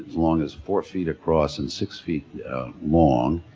long as four feet across and six feet long,